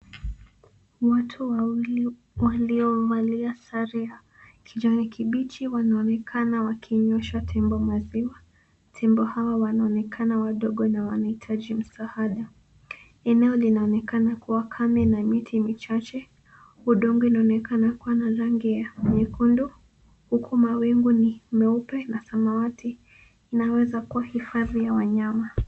Watu wawili waliovalia sare ya kijani kibichi wanaonekana wakinywesha tembo maziwa. Tembo hawa wanonekana wadogo na wanahitaji msaada. Eneo linaonekana kuwa kame na miti michache. Udongo unonekana kuwa na rangi ya nyekundu huku mawingu ni meupe na samawati. Inaweza kuwa hifadhi ya wanyama.